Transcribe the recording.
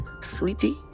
sweetie